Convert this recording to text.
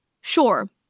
Sure